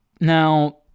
Now